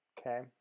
Okay